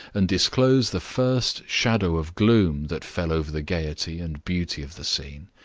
and disclosed the first shadow of gloom that fell over the gayety and beauty of the scene.